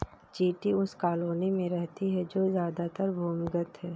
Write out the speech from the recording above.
चींटी उस कॉलोनी में रहती है जो ज्यादातर भूमिगत है